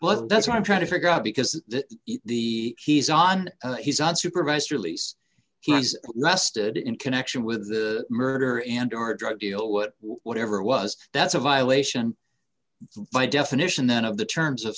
well that's what i'm trying to figure out because the he's on he's on supervised release he's nested in connection with the murder and our drug deal but whatever it was that's a violation by definition then of the terms of